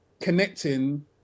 connecting